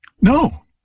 No